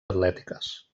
atlètiques